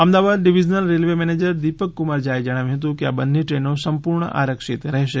Ahmedabad divisional railway manager Deepak Kumar ઝાએ જણાવ્યું હતું કે આ બંને ટ્રેનો સંપૂર્ણ આરક્ષિત રહેશે